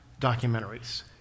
documentaries